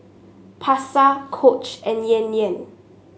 Pasar Coach and Yan Yan